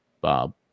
Bob